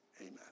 Amen